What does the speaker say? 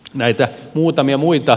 näitä muutamia muita